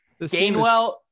Gainwell